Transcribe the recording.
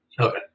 Okay